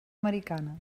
americana